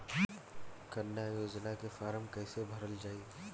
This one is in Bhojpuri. कन्या योजना के फारम् कैसे भरल जाई?